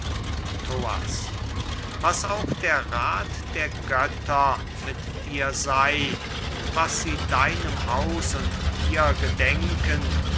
was auch der rath der götter mit dir sei und was sie deinem haus und dir gedenken